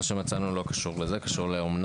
מה שמצאנו לא קשר לזה אלא לאומנה.